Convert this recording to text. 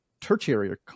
tertiary